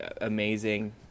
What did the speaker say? amazing